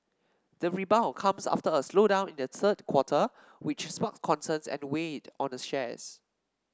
the rebound comes after a slowdown in the third quarter which sparked concerns and weighed on the shares